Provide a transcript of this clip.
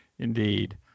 Indeed